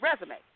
resume